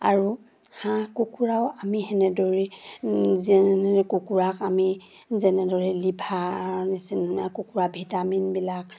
আৰু হাঁহ কুকুৰাও আমি সেনেদৰেই যেনেদৰে কুকুৰাক আমি যেনেদৰে লিভাৰৰ নিচিনা কুকুৰাৰ ভিটামিনবিলাক